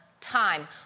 time